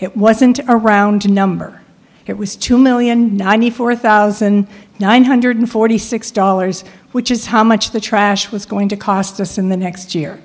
it wasn't around a number it was two million ninety four thousand nine hundred forty six dollars which is how much the trash was going to cost us in the next year